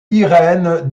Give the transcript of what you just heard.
irene